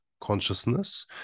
Consciousness